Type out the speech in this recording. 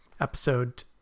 episode